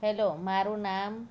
hello મારું નામ